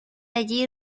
allí